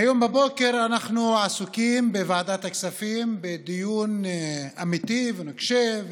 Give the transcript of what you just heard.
מהיום בבוקר אנחנו עסוקים בוועדת הכספים בדיון אמיתי ונוקשה,